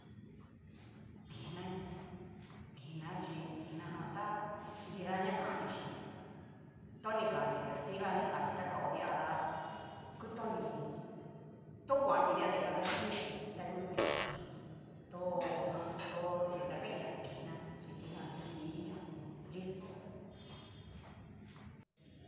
Tina'i tina yo chí tinajan tá nrida ña kanri chinti toni kannri dikastila a ni kan nri ta kao di'a ta kutoni initi, to kuanti dia ta ni kanachinri angu ni xa kunti tó ajan yu ta kain ña tina chi kitijan nguti ho o on. listo gá.